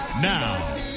Now